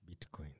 Bitcoin